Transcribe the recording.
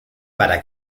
para